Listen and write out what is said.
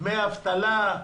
בדמי אבטלה,